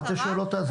אל תשאל אותה.